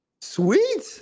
Sweet